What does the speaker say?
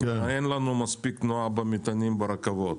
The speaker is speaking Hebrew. אין לנו מספיק תנועה שך מטענים ברכבות.